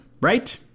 Right